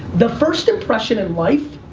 the first impression in life,